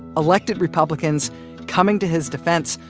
elected republicans coming to his defense.